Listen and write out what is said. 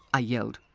ah yelled.